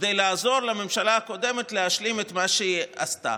כדי לעזור לממשלה הקודמת להשלים מה שהיא עשתה.